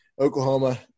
Oklahoma